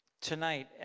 tonight